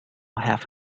have